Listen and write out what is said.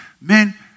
man